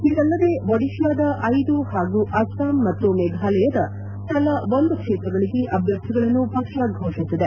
ಇದಲ್ಲದೆ ಒಡಿತಾದ ಐದು ಹಾಗೂ ಅಸ್ಲಾಂ ಮತ್ತು ಮೇಘಾಲಯದ ತಲಾ ಒಂದು ಕ್ಷೇತ್ರಗಳಿಗೆ ಅಭ್ಯರ್ಥಿಗಳನ್ನು ಪಕ್ಷ ಘೋಷಿಸಿದೆ